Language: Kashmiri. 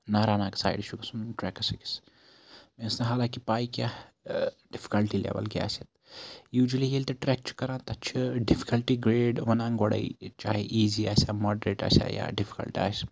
نارا ناگ سایڈٕ چھُ گژھُن ٹریکَس أکِس مےٚ ٲسۍ نہٕ حالانکہِ پاے کیٚنہہ ڈِفکَلٹی لیؤل کیاہ آسہِ اتہِ یوٗجؤلی ییٚلہِ تہِ ٹریک چھُ کران تَتہِ چھُ ڈِفکَلٹی گریڈ وَنان گۄڈٕے چاہے ایٖزی آسہِ موڈریٹ آسہِ یا ڈِفکَلٹ آسہِ